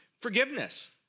forgiveness